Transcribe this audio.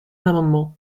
l’amendement